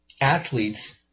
athletes